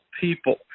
people